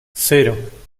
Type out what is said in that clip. cero